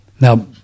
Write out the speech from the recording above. Now